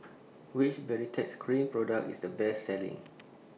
Which Baritex Cream Product IS The Best Selling